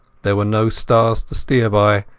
there were no stars to steer by,